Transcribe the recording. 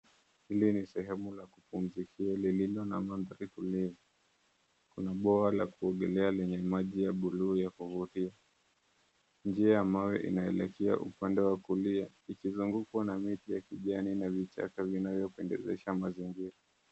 Hili ni sehemu la kupumzikia lililo na mandhari tulivu. Kuna bwawa la kuogelea lenye maji ya buluu ya kuvutia. Njia ya mawe inaelekea upande wa kulia, ikizungukwa na miti ya kijani, na vichaka vinavyopendezesha mazingira.